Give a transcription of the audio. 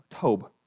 Tob